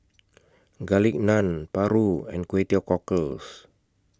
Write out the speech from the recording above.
Garlic Naan Paru and Kway Teow Cockles